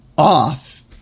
Off